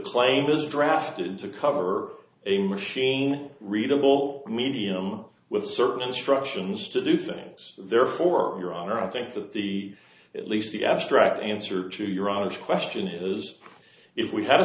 claim is drafted to cover a machine readable medium with certain instructions to do things therefore your honor i think that the at least the abstract answer to your honest question is if we had a